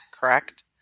correct